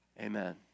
Amen